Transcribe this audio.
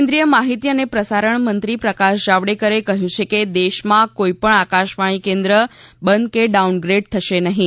કેન્દ્રીય માહિતી અને પ્રસારણ મંત્રી પ્રકાશ જાવડેકરે કહ્યું છે કે દેશમાં કોઈ પણ આકાશવાણી કેન્દ્ર બંધ કે ડાઉનગ્રેડ થશે નહીં